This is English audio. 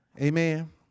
Amen